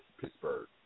Pittsburgh